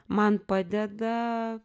man padeda